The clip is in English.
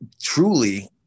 truly